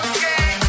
Okay